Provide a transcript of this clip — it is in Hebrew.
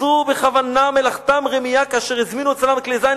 "עשו בכוונה מלאכתם רמייה כאשר הזמינו אצלם כלי זין,